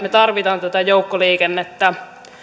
me tarvitsemme joukkoliikennettä